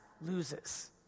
loses